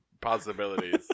possibilities